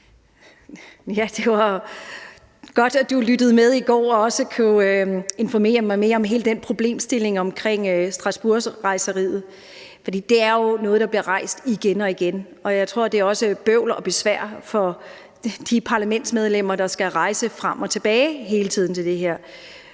Det var godt, at du lyttede med i går og også kunne informere mig mere om hele den problemstilling omkring Strasbourgrejseriet, for det er jo noget, der bliver rejst igen og igen, og jeg tror, det også er bøvl og besvær for de parlamentsmedlemmer, der skal rejse frem og tilbage hele tiden til det her.